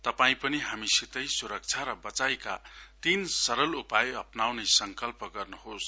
तपाई पनि हामीसितै सुरक्षा र वचाइका तीन सरल उपाय अप्नाउने संकल्प गर्नुहोस